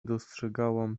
dostrzegałam